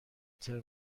ترم